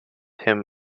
him